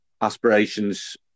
aspirations